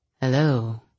Hello